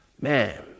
Man